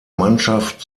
mannschaft